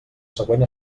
següent